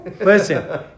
Listen